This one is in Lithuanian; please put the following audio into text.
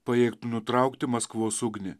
pajėgtų nutraukti maskvos ugnį